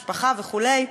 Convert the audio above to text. משפחה וכו'